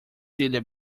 celia